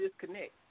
disconnect